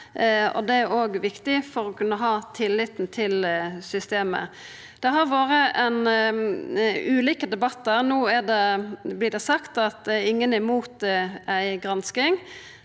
Det er viktig for å kunna ha tillit til systemet. Det har vore ulike debattar. No vert det sagt at ingen er mot ei gransking.